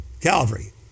Calvary